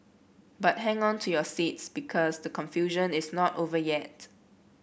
but hang on to your seats because the confusion is not over yet